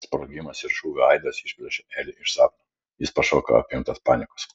sprogimas ir šūvio aidas išplėšė elį iš sapno jis pašoko apimtas panikos